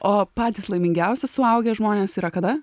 o patys laimingiausi suaugę žmonės yra kada